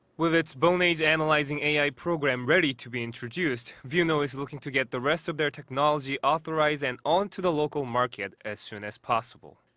with its bone age analyzing ai program ready to be introduced, vuno is looking to get the rest of their technology authorized and on to the local market as soon as possible.